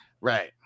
Right